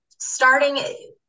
starting